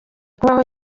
kubaho